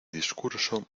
discurso